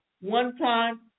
one-time